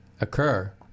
occur